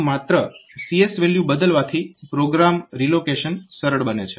તો માત્ર CS value બદલવાથી પ્રોગ્રામ રિલોકેશન સરળ બને છે